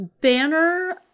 banner